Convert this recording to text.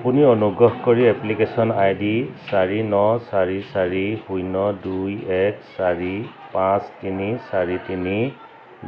আপুনি অনুগ্ৰহ কৰি এপ্লিকেচন আই ডি চাৰি ন চাৰি চাৰি শূন্য দুই এক চাৰি পাঁচ তিনি চাৰি তিনি